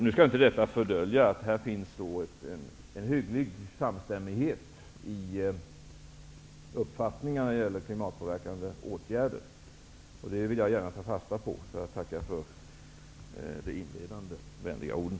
Nu skall inte detta fördölja att det finns en hygglig samstämmighet vad gäller uppfattningar om klimatpåverkande åtgärder. Det vill jag gärna ta fasta på, så jag tackar för de inledande vänliga orden.